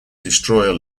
destroyer